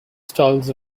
styles